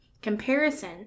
comparison